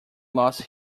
lost